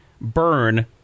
Burn